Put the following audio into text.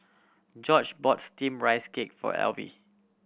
George bought Steamed Rice Cake for Elvie